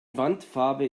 wandfarbe